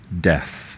death